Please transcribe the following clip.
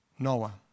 Noah